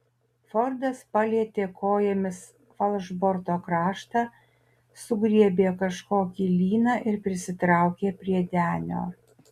fordas palietė kojomis falšborto kraštą sugriebė kažkokį lyną ir prisitraukė prie denio